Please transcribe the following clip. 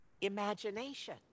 imagination